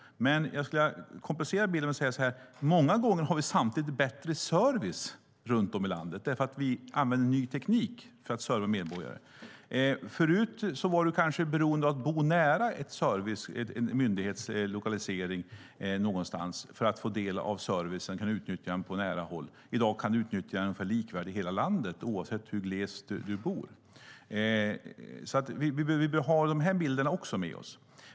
För att komplettera bilden ska jag säga att vi många gånger har bättre service runt om i landet därför att vi använder ny teknik för att serva medborgare. Förut var man kanske beroende av att bo nära en myndighet för att få del av servicen och kunna utnyttja den på nära håll. I dag kan man utnyttja servicen ungefär likvärdigt i hela landet oavsett om man bor i glesbygd eller någon annanstans. Vi behöver därför ha även dessa bilder med oss.